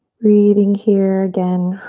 breathing here again.